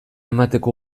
emateko